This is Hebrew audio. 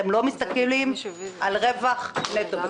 אתם לא מסתכלים על רווח נטו.